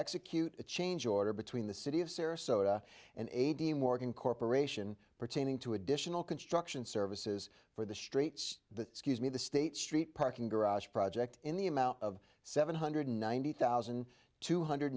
execute a change order between the city of sarasota and eighteen morgan corporation pertaining to additional construction services for the streets the excuse me the state street parking garage project in the amount of seven hundred ninety thousand two hundred